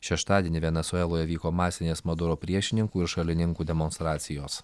šeštadienį venesueloje vyko masinės maduro priešininkų ir šalininkų demonstracijos